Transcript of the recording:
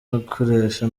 gukoresha